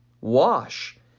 wash